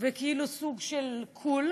וכאילו סוג של "קוּל",